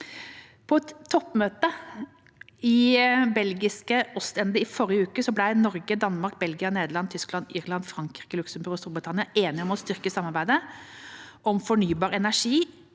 et toppmøte i belgiske Ostende i forrige uke ble Norge, Danmark, Belgia, Nederland, Tyskland, Irland, Frankrike, Luxemburg og Storbritannia enige om å styrke samarbeidet om fornybar energi